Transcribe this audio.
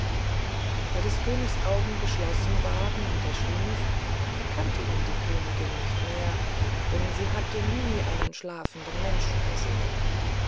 da des königs augen geschlossen waren und er schlief erkannte ihn die königin nicht mehr denn sie hatte nie einen schlafenden menschen gesehen